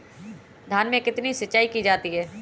धान में कितनी सिंचाई की जाती है?